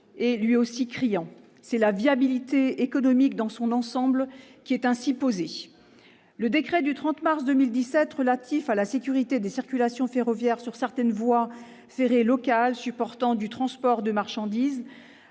est elle aussi criante. La question de la viabilité économique dans son ensemble est posée. Le décret du 30 mars 2017 relatif la sécurité des circulations ferroviaires sur certaines voies ferrées locales supportant du transport de marchandises